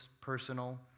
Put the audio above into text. personal